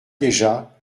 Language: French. déjà